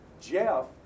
Jeff